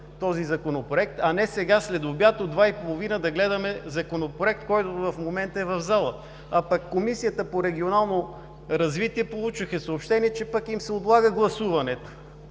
този Законопроект, а не сега, следобед, от два и половина да гледаме Законопроект, който в момента е в залата. А пък Комисията по регионално развитие получиха съобщение, че им се отлага гласуването.